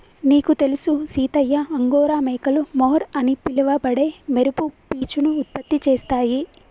నీకు తెలుసు సీతయ్య అంగోరా మేకలు మొహర్ అని పిలవబడే మెరుపు పీచును ఉత్పత్తి చేస్తాయి